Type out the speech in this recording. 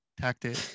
tactic